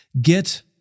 Get